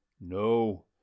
No